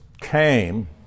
came